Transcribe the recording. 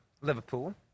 Liverpool